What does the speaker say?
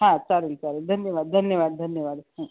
हां चालेल चालेल धन्यवाद धन्यवाद धन्यवाद हां